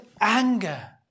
anger